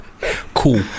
Cool